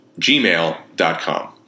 gmail.com